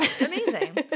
Amazing